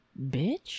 bitch